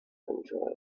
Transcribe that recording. enjoy